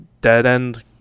dead-end